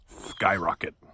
skyrocket